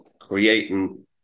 creating